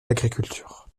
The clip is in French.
l’agriculture